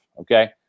okay